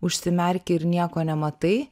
užsimerki ir nieko nematai